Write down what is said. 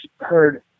heard